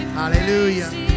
Hallelujah